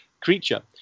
creature